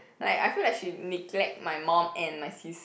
like I feel like she neglect my mum and my sis